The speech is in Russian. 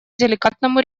деликатному